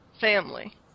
family